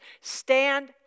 Stand